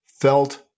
felt